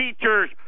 teachers